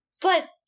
But-